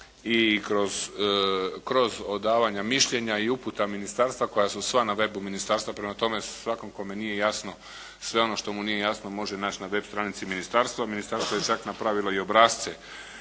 i kroz davanje mišljenja i uputa ministarstva koja su sva na Web-u ministarstva, prema tome svakom kome nije jasno, sve ono što mu nije jasno može naći na Web stranici ministarstva. Ministarstvo je sada napravilo i obrasce